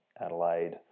Adelaide